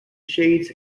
shades